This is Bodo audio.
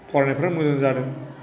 फरायनायफोरा मोजां जादों